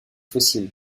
fossiles